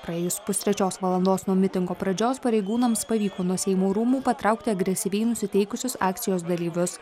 praėjus pustrečios valandos nuo mitingo pradžios pareigūnams pavyko nuo seimo rūmų patraukti agresyviai nusiteikusius akcijos dalyvius